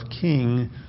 king